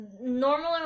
Normally